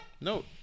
No